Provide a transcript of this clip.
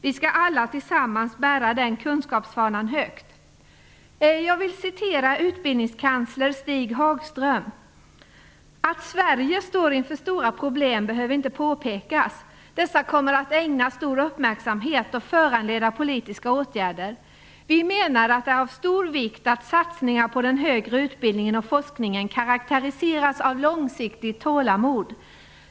Vi skall alla tillsammans hålla den kunskapsfanan högt. Jag vill citera universitetskansler Stig Hagström: "Att Sverige står inför stora problem behöver inte påpekas. Dessa kommer att ägnas stor uppmärksamhet och föranleda politiska åtgärder. Vi menar att det är av stor vikt att satsningar på den högre utbildningen och forskningen karaktäriseras av långsiktigt tålamod.